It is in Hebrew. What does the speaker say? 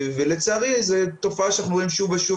לצערי זאת תופעה שאנחנו רואים שוב ושוב,